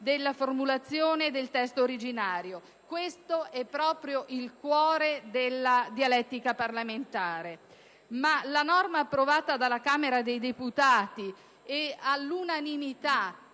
della formulazione del testo originario. Questo è proprio il cuore della dialettica parlamentare. La norma approvata dalla Camera dei deputati, e all'unanimità,